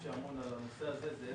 כמי שאמון ואחראי על נושא זה,